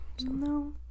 No